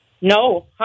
No